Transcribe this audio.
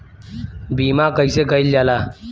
बीमा कइसे कइल जाला?